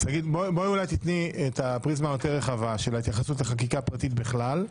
תני פריזמה יותר רחבה של ההתייחסות לחקיקה פרטית בכלל,